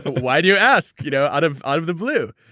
but why do you ask you know out of out of the blue?